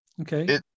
Okay